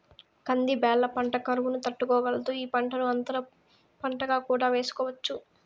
కంది బ్యాళ్ళ పంట కరువును తట్టుకోగలదు, ఈ పంటను అంతర పంటగా కూడా వేసుకోవచ్చు